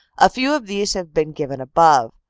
a few of these have been given above.